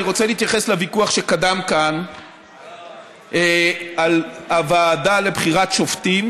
אני רוצה להתייחס לוויכוח שקדם כאן על הוועדה לבחירות שופטים,